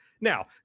Now